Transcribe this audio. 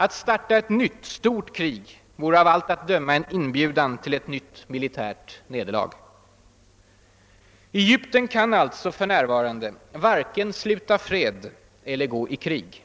Att starta ett nytt stort krig vore av allt att döma en inbjudan till ett nytt militärt nederlag. Egypten kan alltså för närvarande varken sluta fred eller gå i krig.